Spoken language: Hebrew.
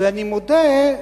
ואני מודה,